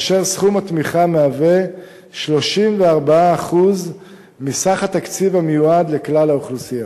וסכום התמיכה מהווה 34% מסך התקציב המיועד לכלל האוכלוסייה.